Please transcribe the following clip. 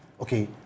okay